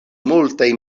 multaj